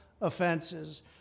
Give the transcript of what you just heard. offenses